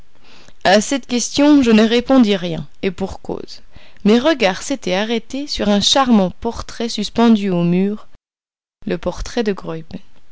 a cette question je ne répondis rien et pour cause mes regards s'étaient arrêtés sur un charmant portrait suspendu au mur le portrait de